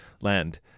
land